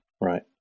Right